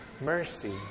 mercy